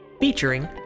featuring